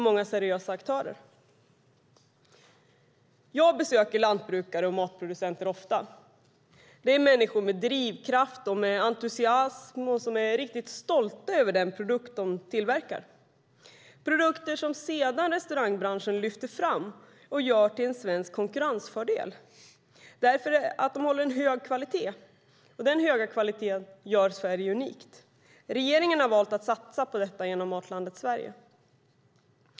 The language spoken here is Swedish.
Jag besöker ofta lantbrukare och matproducenter. Det är människor med drivkraft och entusiasm och som är riktigt stolta över de produkter som de tillverkar - produkter som restaurangbranschen sedan lyfter fram och gör till en svensk konkurrensfördel därför att de håller hög kvalitet. Denna höga kvalitet gör Sverige unikt. Regeringen har valt att satsa på detta genom Matlandet Sverige.